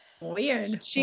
Weird